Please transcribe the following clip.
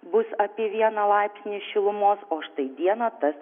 bus apie vieną laipsnį šilumos o štai dieną tas